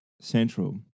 central